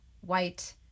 white